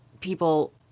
people